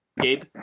Gabe